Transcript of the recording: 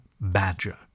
Badger